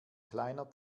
kleiner